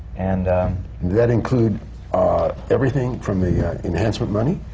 and that include everything, from the enhancement money?